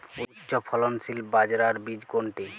উচ্চফলনশীল বাজরার বীজ কোনটি?